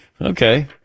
okay